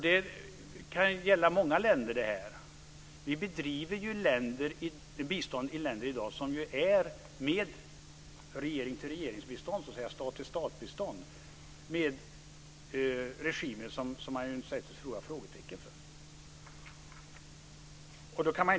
Det kan gälla många länder. Vi ger i dag bistånd - ett regering-till-regering-bistånd, ett stat-till-stat-bistånd - till länder med regimer som man kan sätta stora frågetecken för.